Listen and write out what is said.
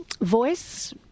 voice